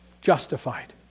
justified